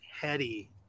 heady